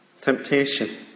temptation